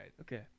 Okay